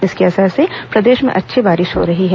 इसके असर से प्रदेश में अच्छी बारिश हो रही है